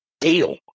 Deal